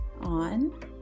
on